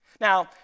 Now